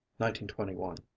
1921